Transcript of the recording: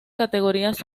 categorías